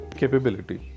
capability।